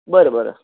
बरं बरं